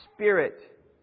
Spirit